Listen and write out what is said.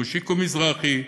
מושיקו מזרחי,